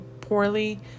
poorly